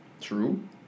True